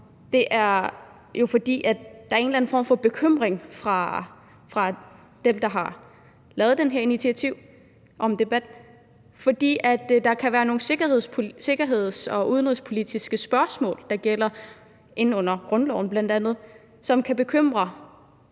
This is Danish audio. vigtigt, fordi der jo er en eller anden form for bekymring hos dem, der har taget det her initiativ til en debat. Der kan være nogle sikkerhedsmæssige og udenrigspolitiske spørgsmål, der falder ind under grundloven bl.a., og som kan bekymre,